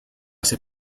hace